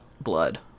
blood